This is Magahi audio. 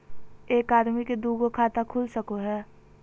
एक आदमी के दू गो खाता खुल सको है?